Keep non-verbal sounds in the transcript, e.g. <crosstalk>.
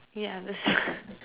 yeah that's <breath>